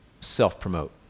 self-promote